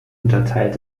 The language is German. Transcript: unterteilt